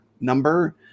number